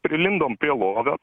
prilindom prie lovio